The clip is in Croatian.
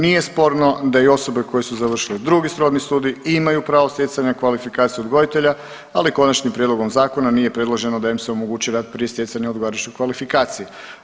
Nije sporno da i osobe koje su završile drugi srodni studij imaju pravo stjecanja kvalifikacije odgojitelja ali konačnim prijedlogom zakona nije predloženo da im se omogući rad prije stjecanja odgovarajuće kvalifikacije.